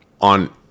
on –